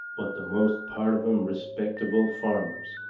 but the most part of em respectable farmers.